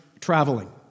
traveling